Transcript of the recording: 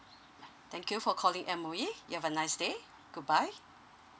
thank you for calling M_O_E you have a nice day goodbye